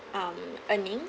um earning